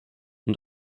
und